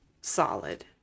solid